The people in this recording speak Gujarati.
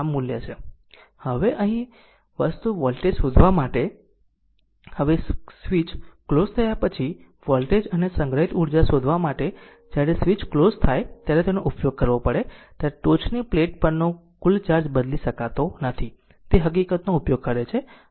હવે અહીં વસ્તુ વોલ્ટેજ શોધવા માટે હવે સ્વીચ ક્લોઝ થયા પછી વોલ્ટેજ અને સંગ્રહિત ઉર્જા શોધવા માટે છે જ્યારે સ્વીચ ક્લોઝ થાય ત્યારે તેનો ઉપયોગ કરવો પડે ત્યારે ટોચની પ્લેટ પરનો કુલ ચાર્જ બદલી શકતો નથી તે હકીકતનો ઉપયોગ કરે છે